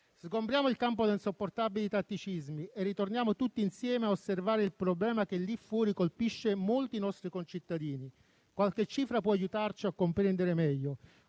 Sgombriamo il campo da insopportabili tatticismi e ritorniamo tutti insieme ad osservare il problema che lì fuori colpisce molti nostri concittadini. Qualche cifra può aiutarci a comprendere meglio: